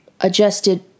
adjusted